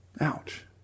Ouch